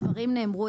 דברים נאמרו.